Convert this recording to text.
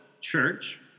church